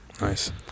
nice